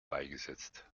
beigesetzt